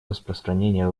распространения